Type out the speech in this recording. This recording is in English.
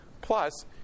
plus